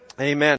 Amen